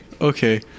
okay